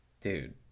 Dude